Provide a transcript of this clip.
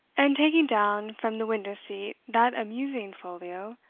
and taking down from the window-seat that amusing folio,